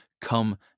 come